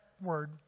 word